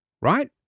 Right